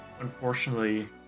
unfortunately